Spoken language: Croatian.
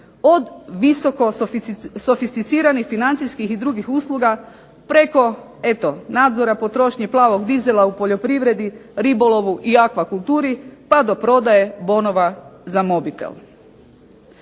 od visoko sofisticiranih financijskih i drugih usluga, preko nadzora potrošnje plavog dizela u poljoprivredi, ribolovu i akvakulturi pa do prodaje bonova za mobitel.